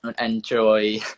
enjoy